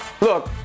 Look